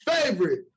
favorite